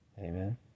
Amen